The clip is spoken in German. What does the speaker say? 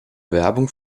werbung